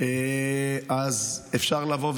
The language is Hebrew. אז אפשר לבוא,